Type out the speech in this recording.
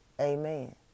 Amen